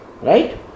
Right